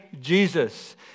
Jesus